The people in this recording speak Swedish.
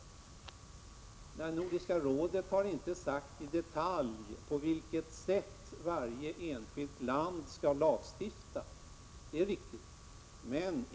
Nej, Nordiska rådet har inte i detalj sagt på vilket sätt varje enskilt land skall lagstifta — det är riktigt.